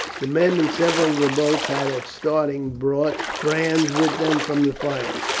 the men in several of the boats had at starting brought brands with them from the fires.